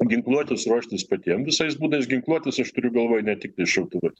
ginkluotis ruoštis patiem visais būdais ginkluotis aš turiu galvoj ne tiktai šautuvais